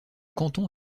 canton